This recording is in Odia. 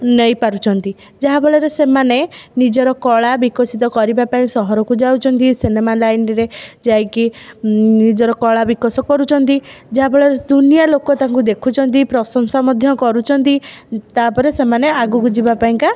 ନେଇ ପାରୁଛନ୍ତି ଯାହା ଫଳରେ ସେମାନେ ନିଜର କଳା ବିକଶିତ କରିବା ପାଇଁ ସହରକୁ ଯାଉଛନ୍ତି ସିନେମା ଲାଇନରେ ଯାଇକି ନିଜର କଳା ବିକାଶ କରୁଛନ୍ତି ଯାହା ଫଳରେ ଦୁନିଆ ଲୋକ ତାଙ୍କୁ ଦେଖୁଛନ୍ତି ପ୍ରଶଂସା ମଧ୍ୟ କରୁଛନ୍ତି ତା'ପରେ ସେମାନେ ଆଗକୁ ଯିବା ପାଇଁକା